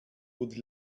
good